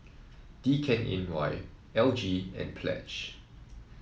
D K N Y L G and Pledge